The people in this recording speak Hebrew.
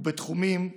ובתחומים נוספים.